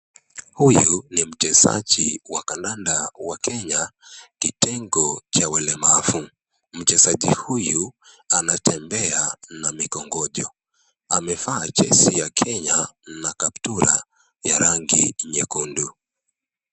Huyu ni mchezaji kandanda wa kenya, kitengo cha walemavu mchezaji huyu anatembea na mikokongojo, amevaa jezi ya Kenya na kaptura ya rangi nyekundu.